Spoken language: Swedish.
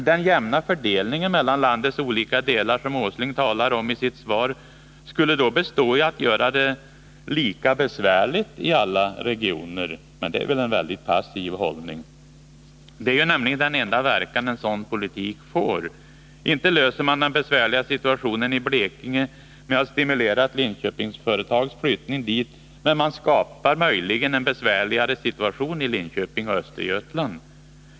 Den jämna fördelningen mellan landets olika delar som herr Åsling talar om i sitt svar skulle då bestå i att det blir lika besvärligt i alla regioner. Det är nämligen den enda verkan en sådan politik får. Men det är väl en väldigt passiv hållning? Inte löser man den besvärliga situationen i Blekinge med att stimulera ett Linköpingsföretags flyttning dit, men man skapar möjligen en besvärligare situation i Linköping och Östergötland.